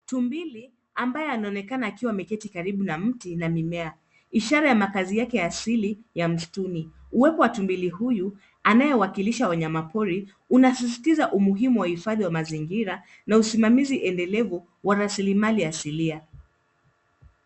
Tumbili ambaye anaonekana akiwa ameketi karibu na mti na mimea, ishara ya makazi yake asili ya msituni. Uwepo wa tumbili huyu, anayewakilisha wanyamapori unasisitiza umuhimu wa uhifadhi wa mazingira na usimamizi endelevu wa rasilimali asilia.